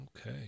okay